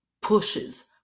pushes